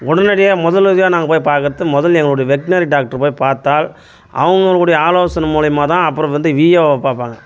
உடனடியாக முதலுதவியா நாங்கள் பய் பார்க்குறது முதல் எங்களுடைய வெட்னரி டாக்டரை போய் பார்த்தால் அவங்களுடைய ஆலோசனை மூலயமாதான் அப்புறம் வந்து விஏஓவ பார்ப்பாங்க